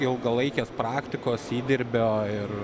ilgalaikės praktikos įdirbio ir